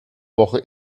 woche